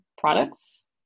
products